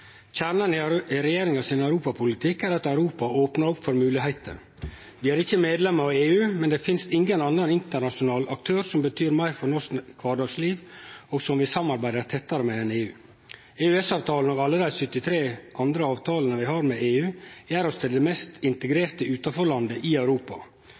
regjeringa sin europapolitikk er at Europa opnar opp for moglegheiter. Vi er ikkje medlem av EU, men det finst ingen annan internasjonal aktør som betyr meir for norsk kvardagsliv, og som vi samarbeider tettare med, enn EU. EØS-avtalen og alle dei 73 andre avtalane vi har med EU, gjer oss til det mest integrerte utanforlandet i Europa.